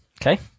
okay